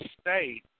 state